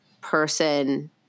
person